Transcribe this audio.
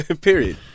Period